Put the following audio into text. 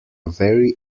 very